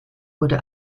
wurde